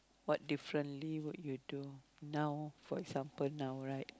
what differently would you do now for example now right